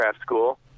school